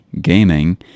gaming